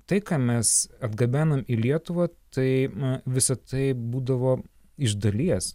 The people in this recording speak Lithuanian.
tai ką mes atgabenam į lietuvą tai visa tai būdavo iš dalies